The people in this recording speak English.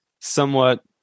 somewhat